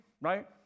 right